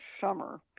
summer